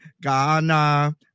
Ghana